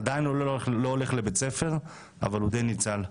עדיין הוא לא הולך לבית ספר אבל הוא די ניצל.